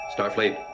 Starfleet